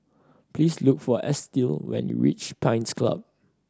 please look for Estill when you reach Pines Club